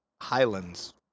Highlands